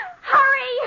Hurry